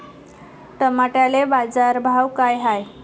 टमाट्याले बाजारभाव काय हाय?